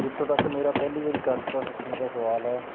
ਜਿੱਥੋਂ ਤੱਕ ਮੇਰਾ ਪਹਿਲੀ ਵਾਰੀ ਗੱਤਕਾ ਸਿੱਖਣ ਦਾ ਸਵਾਲ ਹੈ